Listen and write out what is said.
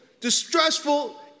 distressful